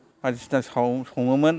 बायदिसिना सङोमोन